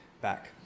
back